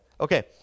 Okay